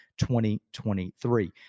2023